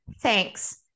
thanks